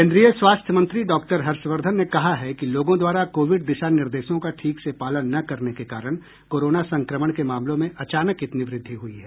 केन्द्रीय स्वास्थ्य मंत्री डॉक्टर हर्षवर्धन ने कहा कि लोगों द्वारा कोविड दिशा निर्देशों का ठीक से पालन न करने के कारण कोरोना संक्रमण के मामलों में अचानक इतनी वृद्धि हुई है